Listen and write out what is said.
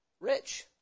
rich